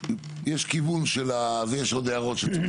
יש כיוון, יש עוד הערות שצריך